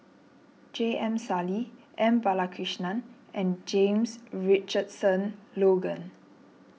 J M Sali M Balakrishnan and James Richardson Logan